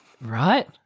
Right